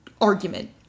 argument